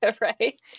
Right